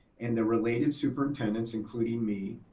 and the related superintendents, including me,